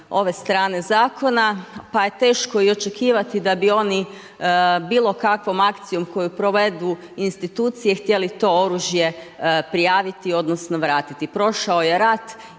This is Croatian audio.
ove strane zakona, pa je teško i očekivati da bi oni bilo kakvom akcijom koju provedu institucije htjeli to oružje prijaviti odnosno vratiti. Prošao je rat